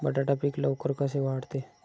बटाटा पीक लवकर कसे वाढते?